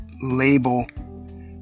label